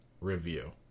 review